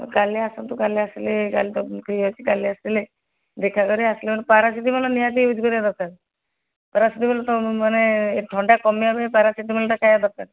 ହଉ କାଲି ଆସନ୍ତୁ କାଲି ଆସିଲେ କାଲି ତ ଫ୍ରି ଅଛି କାଲି ଆସିଲେ ଦେଖା କରିବା ପାରାସିଟାମଲ୍ ନିହାତି ୟୁଜ୍ କରିବା ଦରକାର ପାରାସିଟାମଲ୍ ତ ମାନେ ଥଣ୍ଡା କମିବା ପାଇଁ ପାରାସିଟାମଲ୍ଟା ଖାଇବା ଦରକାର